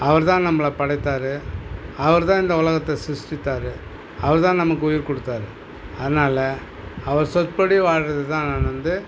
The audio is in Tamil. அவரு தான் நம்மள படைத்தார் அவரு தான் இந்த உலகத்தை சிஷ்ட்டித்தார் அவரு தான் நமக்கு உயிர் கொடுத்தாரு அதனால அவர் சொற்படி வாழ்றது தான் நான் வந்து